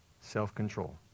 self-control